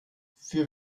für